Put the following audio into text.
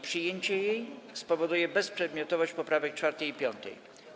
Przyjęcie jej spowoduje bezprzedmiotowość poprawek 4. i 5.